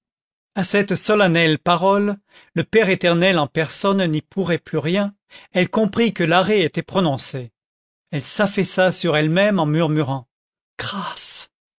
à cette solennelle parole le père éternel en personne n'y pourrait plus rien elle comprit que l'arrêt était prononcé elle s'affaissa sur elle-même en murmurant grâce